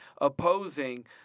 opposing